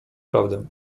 prawdę